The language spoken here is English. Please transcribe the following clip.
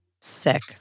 Sick